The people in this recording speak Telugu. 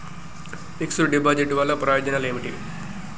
ఫిక్స్ డ్ డిపాజిట్ వల్ల ప్రయోజనాలు ఏమిటి?